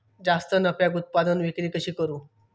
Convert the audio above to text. जास्त नफ्याक उत्पादन विक्री कशी करू?